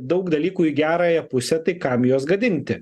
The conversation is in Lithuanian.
daug dalykų į gerąją pusę tai kam juos gadinti